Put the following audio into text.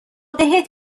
بهت